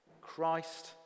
Christ